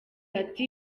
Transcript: ati